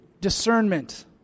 discernment